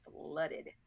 flooded